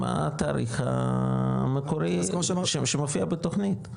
מה התאריך המקורי שמופיע בתוכנית?